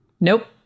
Nope